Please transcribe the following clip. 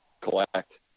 collect